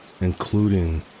including